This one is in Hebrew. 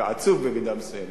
ועצוב במידה מסוימת,